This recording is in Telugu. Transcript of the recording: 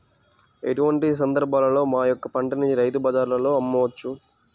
ఎటువంటి సందర్బాలలో మా యొక్క పంటని రైతు బజార్లలో అమ్మవచ్చు?